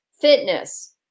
fitness